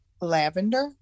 lavender